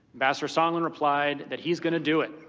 ambassador sondland replied that he is going to do it.